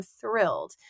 thrilled